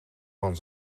van